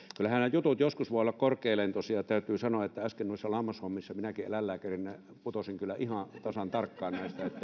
jutut joskus voivat olla korkealentoisia ja täytyy sanoa että äsken noissa lammashommissa minäkin eläinlääkärinä putosin kyllä ihan tasan tarkkaan niistä eli